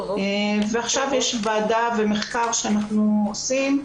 ועכשיו יש ועדה ומחקר שאנחנו עושים,